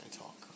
talk